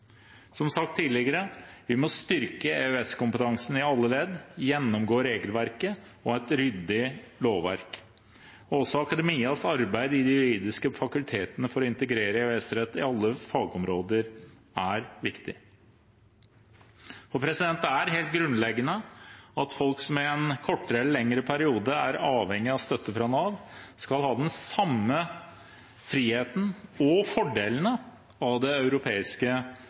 Som sagt tidligere: Vi må styrke EØS-kompetansen i alle ledd, gjennomgå regelverket og ha et ryddig lovverk. Også akademias arbeid i de juridiske fakultetene for å integrere EØS-rett i alle fagområder er viktig. Det er helt grunnleggende at folk som i en kortere eller lengre periode er avhengig av støtte fra Nav, skal ha den samme friheten og fordelene av det europeiske